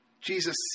Jesus